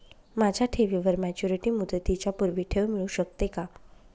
माझ्या ठेवीवर मॅच्युरिटी मुदतीच्या पूर्वी ठेव मिळू शकते का?